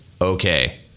okay